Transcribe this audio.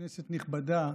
כנסת נכבדה,